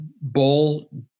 bull